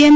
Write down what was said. એમ